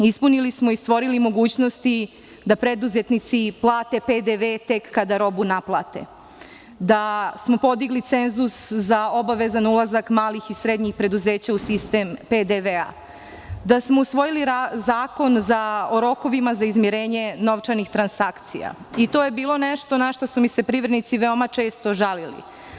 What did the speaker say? Ispunili smo i stvorili mogućnosti da preduzetnici plate PDV tek kad robu naplate, da smo podigli cenzus za obavezan ulazak malih i srednjih preduzeća u sistem PDV, da smo usvojili Zakon o rokovima za izmirenje novčanih transakcija, to je bilo nešto na šta su mi se privrednici veoma često žalili.